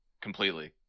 completely